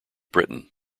britain